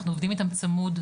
אנחנו עובדים איתם צמוד,